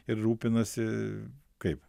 ir rūpinasi kaip